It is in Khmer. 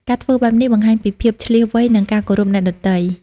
ការធ្វើបែបនេះបង្ហាញពីភាពឈ្លាសវៃ និងការគោរពអ្នកដទៃ។